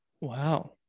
wow